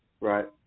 Right